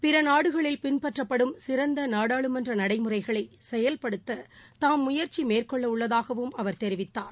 பிறநாடுகளில் பின்பற்றப்படும் சிறந்தநாடாளுமன்றநடைமுறைகளைசெயல்படுத்ததாம் முயற்சிமேற்கொள்ளஉள்ளதாகவும் அவர் தெரிவித்தார்